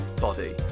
body